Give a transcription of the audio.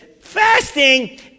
fasting